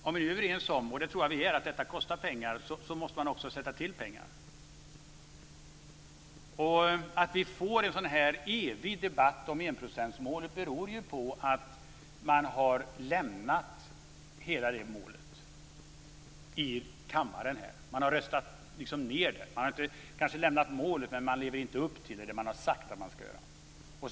Om vi är överens om - och det tror jag att vi är - att det kostar pengar måste man också lägga till pengar. Att vi får en evig debatt om enprocentsmålet beror på att kammaren har lämnat hela det målet. Den har röstat ned det. Man har kanske inte lämnat målet, men man lever inte upp till det man har sagt att man ska göra.